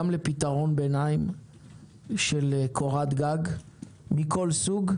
גם לפתרון ביניים של קורת גג מכל סוג,